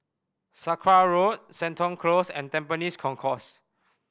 Sakra Road Seton Close and Tampines Concourse